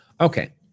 Okay